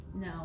no